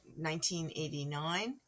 1989